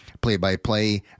play-by-play